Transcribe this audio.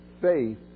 Faith